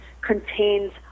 contains